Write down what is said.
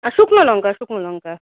আর শুকনো লঙ্কা শুকনো লঙ্কা